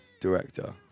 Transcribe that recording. director